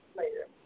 later